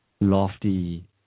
lofty